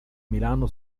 milano